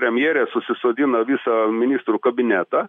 premjerė susisodina visą ministrų kabinetą